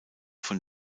von